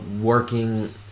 working